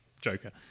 Joker